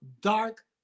dark